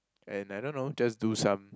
and I don't know just do some